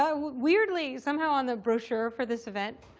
i mean weirdly, somehow on the brochure for this event,